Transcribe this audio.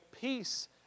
peace